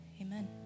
Amen